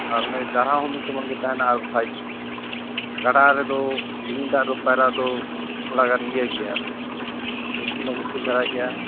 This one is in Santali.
ᱟᱨ ᱚᱱᱮ ᱫᱟᱨᱦᱟ ᱦᱚᱸ ᱢᱤᱫ ᱥᱚᱢᱟᱱᱜᱮ ᱛᱟᱦᱮᱱᱟ ᱟᱨ ᱵᱟᱠᱷᱟᱡ ᱜᱟᱰᱟ ᱨᱮᱫᱚ ᱞᱤᱸᱜᱤ ᱫᱟᱜ ᱫᱚ ᱯᱟᱭᱨᱟ ᱫᱚ ᱛᱷᱚᱲᱟ ᱜᱟᱱ ᱤᱭᱟᱹ ᱜᱮᱭᱟ ᱢᱩᱥᱠᱤᱞ ᱦᱚᱸ ᱢᱩᱥᱠᱤᱞ ᱫᱷᱟᱨᱟ ᱜᱮᱭᱟ